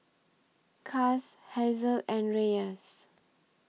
Cas Hazelle and Reyes